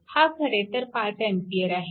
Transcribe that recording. हा खरेतर 5A आहे